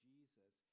Jesus